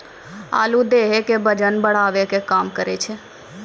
आलू देहो के बजन बढ़ावै के काम करै छै